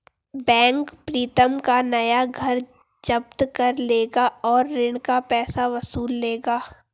bank Pritam का नया घर जब्त कर लेगा और ऋण का पैसा वसूल लेगा